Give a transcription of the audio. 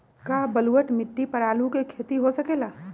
का बलूअट मिट्टी पर आलू के खेती हो सकेला?